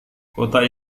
kotak